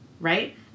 Right